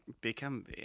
become